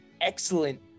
excellent